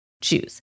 choose